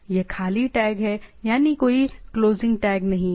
यह खाली टैग है यानी कोई क्लोजिंग टैग नहीं है